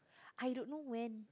I don't know when